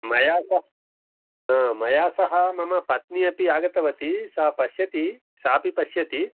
मया सह मया सह मम पत्नी अपि आगतवती सा पश्यति सापि पश्यति